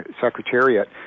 Secretariat